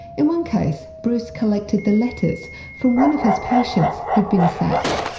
in one case bruce collected the letters from one of his patients who'd been sacked.